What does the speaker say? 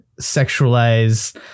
sexualize